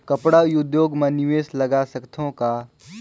कपड़ा उद्योग म निवेश लगा सकत हो का?